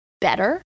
better